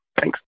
Thanks